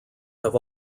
have